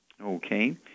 Okay